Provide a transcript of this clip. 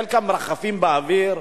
חלקם מרחפים באוויר.